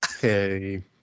Hey